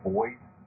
Voice